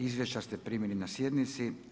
Izvješća ste primili na sjednici.